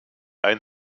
ein